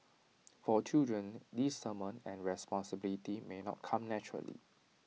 for children discernment and responsibility may not come naturally